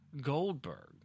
Goldberg